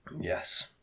yes